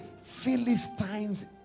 Philistines